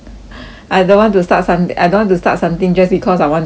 I don't want to start some I don't want to start something just because I want to earn money